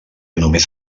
només